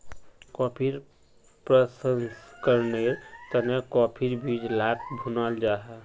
कॉफ़ीर प्रशंकरनेर तने काफिर बीज लाक भुनाल जाहा